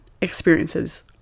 experiences